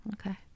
Okay